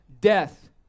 death